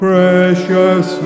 Precious